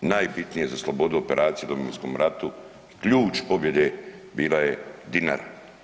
Najbitnije za slobodu operacije u Domovinskom ratu i ključ pobjede bila je Dinara.